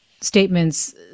statements